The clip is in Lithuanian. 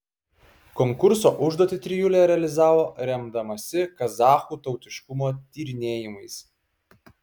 konkurso užduotį trijulė realizavo remdamasi kazachų tautiškumo tyrinėjimais